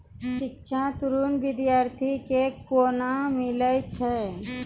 शिक्षा ऋण बिद्यार्थी के कोना मिलै छै?